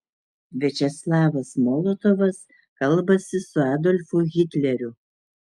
viačeslavas molotovas kalbasi su adolfu hitleriu